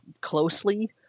closely